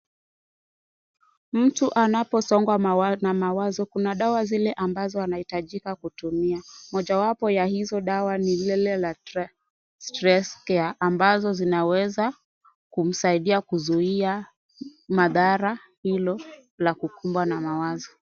Mtu anaposongwa na mawazo kuna dawa zile anahitajika kutumia. Moja wapo ya hizo dawa ni lile la stress care ambazo zinaweza kumsaidia kuzuia madhara hilo la kukumbwa na mawazo.